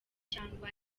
cyangwa